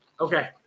okay